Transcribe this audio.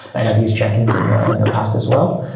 and i've used jenkins in the in the past as well.